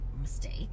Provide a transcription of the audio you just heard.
mistake